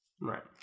Right